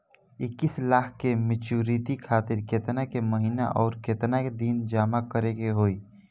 इक्कीस लाख के मचुरिती खातिर केतना के महीना आउरकेतना दिन जमा करे के होई?